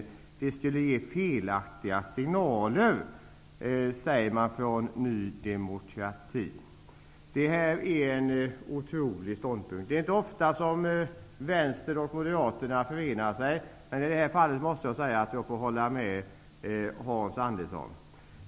I Ny demokrati säger man att det skulle ge felaktiga signaler. Detta är en otrolig ståndpunkt. Det är inte ofta som vänsterpartister och moderater förenar sig, men i detta fall måste jag säga att jag får hålla med Hans Andersson.